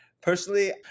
personally